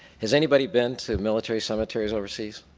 has anybody been to military cemeteries overseas?